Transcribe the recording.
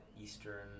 eastern